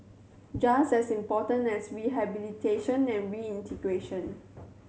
just as important as rehabilitation and reintegration